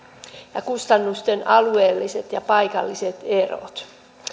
ja kustannusten alueelliset ja paikalliset erot